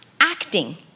acting